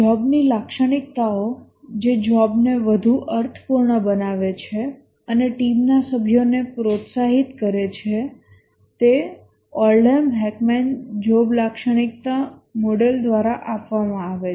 જોબની લાક્ષણિકતાઓ જે જોબને વધુ અર્થપૂર્ણ બનાવે છે અને ટીમના સભ્યોને પ્રોત્સાહિત કરે છે તે ઓલ્ડહામ હેકમેન જોબ લાક્ષણિકતા મોડેલ દ્વારા આપવામાં આવે છે